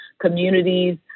communities